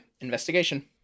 investigation